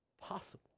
possible